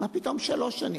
מה פתאום שלוש שנים?